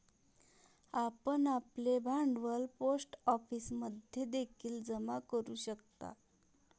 आपण आपले भांडवल पोस्ट ऑफिसमध्ये देखील जमा करू शकता